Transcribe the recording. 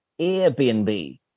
Airbnb